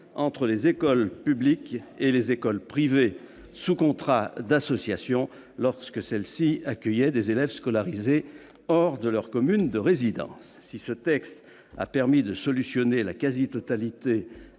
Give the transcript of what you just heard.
entre les écoles primaires publiques et privées sous contrat d'association lorsqu'elles accueillent des élèves scolarisés hors de leur commune de résidence. Si ce texte a permis de résoudre la quasi-totalité